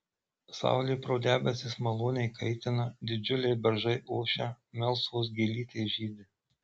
saulė pro debesis maloniai kaitina didžiuliai beržai ošia melsvos gėlytės žydi